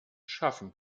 schaffen